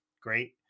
great